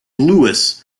louis